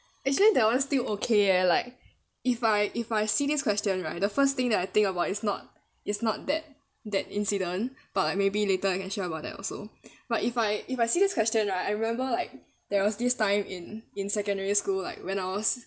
actually that one still okay eh like if I if I see this question right the first thing that I think about is not is not that that incident but like maybe later I can share about that also but if I if I see this question right I remember like there was this time in in secondary school like when I was